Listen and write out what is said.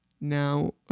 Now